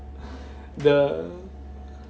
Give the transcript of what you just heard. the